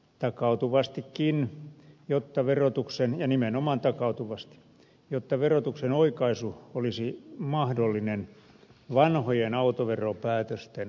takautuvasti kiinni jotta verotuksen ja muutoksenhakusäännöksiä takautuvasti jotta verotuksen oikaisu olisi mahdollinen vanhojen autoveropäätösten osalta